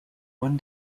one